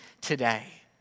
today